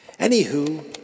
Anywho